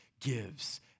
gives